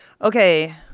Okay